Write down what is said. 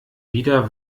wieder